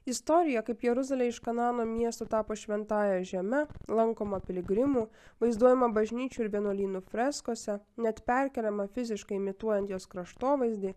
istorija kaip jeruzalė iš kanano miesto tapo šventąja žeme lankoma piligrimų vaizduojama bažnyčių ir vienuolynų freskose net perkeliama fiziškai imituojant jos kraštovaizdį